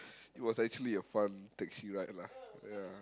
it was actually a fun taxi ride lah ya